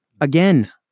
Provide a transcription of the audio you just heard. Again